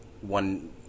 one